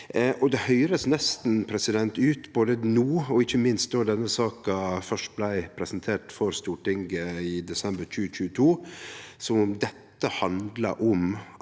er. Det høyrest nesten ut, både no og ikkje minst då denne saka først blei presentert for Stortinget i desember 2022, som om dette handlar om